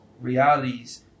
realities